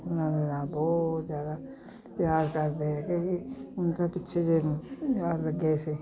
ਉਹਨਾਂ ਦੇ ਨਾਲ ਬਹੁਤ ਜ਼ਿਆਦਾ ਪਿਆਰ ਕਰਦੇ ਹੈਗੇ ਜੀ ਮਤਲਬ ਪਿੱਛੇ ਜਿਹੇ ਵਾਰ ਗਏ ਸੀ